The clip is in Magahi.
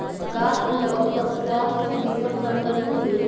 का तू अपन स्वास्थ्य बीमा करवलू हे?